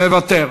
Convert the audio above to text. מוותר.